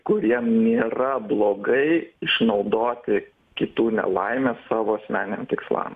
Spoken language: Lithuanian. kurie nėra blogai išnaudoti kitų nelaimes savo asmeninam tikslam